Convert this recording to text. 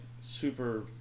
super